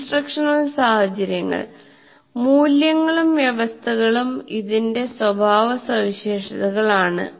instructional സാഹചര്യങ്ങൾ മൂല്യങ്ങളും വ്യവസ്ഥകളും ഇതിന്റെ സ്വഭാവ സവിശേഷതകളാണ്